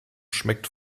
schmeckt